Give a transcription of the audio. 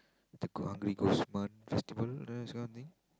the g~ Hungry Ghost month festival ah this kind of thing